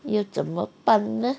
要怎么办呢